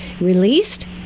released